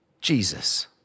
Jesus